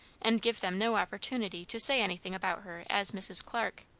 and give them no opportunity to say anything about her as mrs. clarke.